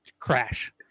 crash